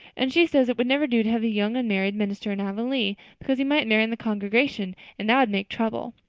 and she says it would never do to have a young unmarried minister in avonlea, because he might marry in the congregation and that would make trouble.